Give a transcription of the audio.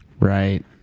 Right